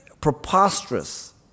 preposterous